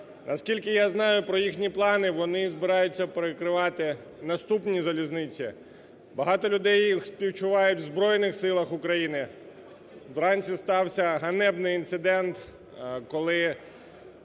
Наскільки я знаю про їхні плани, вони збираються перекривати наступні залізниці. Багато людей і співчувають в Збройних Силах України. Вранці стався ганебний інцидент, коли